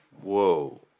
Whoa